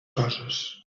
coses